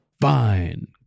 fine